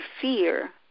fear